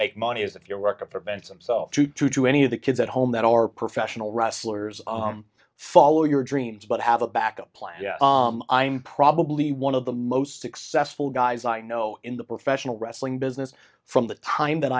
make money as if your work of events themselves to to do any of the kids at home that are professional wrestlers follow your dreams but have a backup plan i'm probably one of the most successful guys i know in the professional wrestling business from the time that